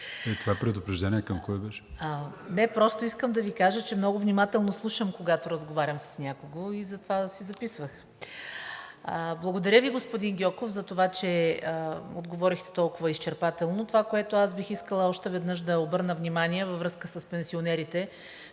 Това предупреждение към кого беше? ДЕНИЦА САЧЕВА: Не, просто искам да Ви кажа, че много внимателно слушам, когато разговарям с някого, и затова си записвах. Благодаря Ви, господин Гьоков, за това, че отговорихте толкова изчерпателно. Онова, на което още веднъж бих искала да обърна внимание във връзка с пенсионерите